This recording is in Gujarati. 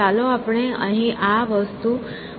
ચાલો આપણે અહીં આ વસ્તુ અલગ કરીએ